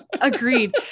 agreed